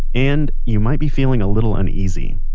and you might be feeling a little uneasy